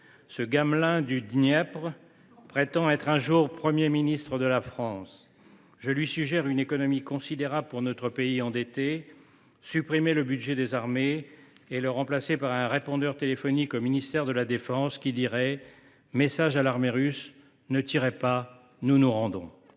Ce Gamelin du Dniepr prétend être un jour Premier ministre de la France. Je lui suggère une économie considérable pour notre pays endetté : supprimer le budget des armées et le remplacer par un répondeur téléphonique, qui dirait, au nom du ministère de la défense :« Message à l’armée russe : ne tirez pas, nous nous rendons.